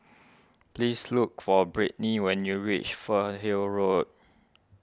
please look for Britney when you reach Fernhill Road